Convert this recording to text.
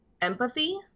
empathy